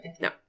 No